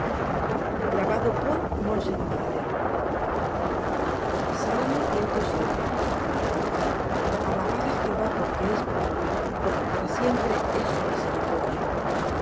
en jerusalem aleluya alabad á jehová porque es bueno porque para siempre es su misericordia